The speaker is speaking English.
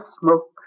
smoke